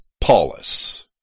Paulus